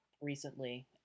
recently